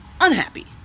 unhappy